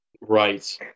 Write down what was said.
Right